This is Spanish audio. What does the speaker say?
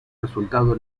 resultado